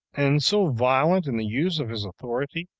and so violent in the use of his authority,